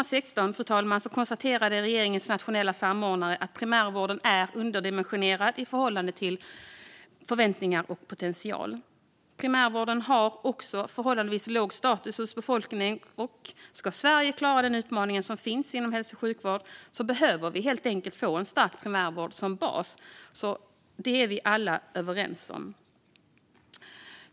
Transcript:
Redan 2016 konstaterade regeringens nationella samordnare att primärvården är underdimensionerad i förhållande till förväntningar och potential. Primärvården har också förhållandevis låg status hos befolkningen. Ska Sverige klara de utmaningar som finns inom hälso och sjukvård behöver vi helt enkelt få en stark primärvård som bas. Det är vi alla överens om.